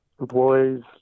employees